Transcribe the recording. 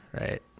Right